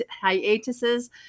hiatuses